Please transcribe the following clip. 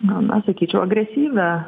gana sakyčiau agresyvią